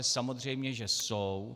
Samozřejmě že jsou.